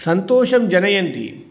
सन्तोषं जनयन्ति